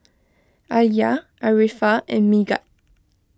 Alya Arifa and Megat